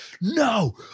no